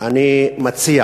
אני מציע